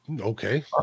Okay